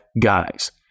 guys